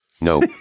No